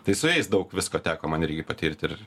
tai su jais daug visko teko man irgi patirt ir